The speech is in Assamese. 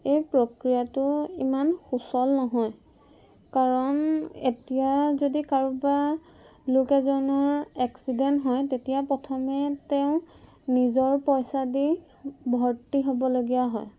এই প্ৰক্ৰিয়াটো ইমান সুচল নহয় কাৰণ এতিয়া যদি কাৰোবাৰ লোক এজনৰ এক্সিডেণ্ট হয় তেতিয়া প্ৰথমে তেওঁ নিজৰ পইচা দি ভৰ্তি হ'বলগীয়া হয়